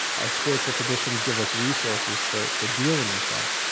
our spiritual traditions give us resources for for dealing with that,